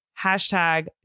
Hashtag